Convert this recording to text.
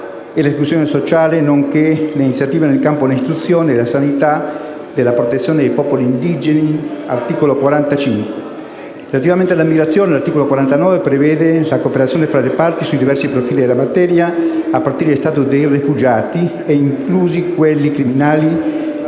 dell'esclusione sociale, nonché le iniziative nel campo dell'istruzione, della sanità e della protezione dei popoli indigeni (articolo 45). Relativamente alle migrazioni, l'articolo 49 prevede la cooperazione fra le parti sui diversi profili della materia, a partire dallo *status* dei rifugiati e inclusi quelli criminali